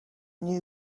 new